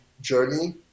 journey